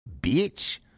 bitch